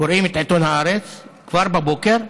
קוראים את עיתון הארץ כבר בבוקר,